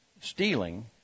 stealing